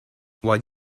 while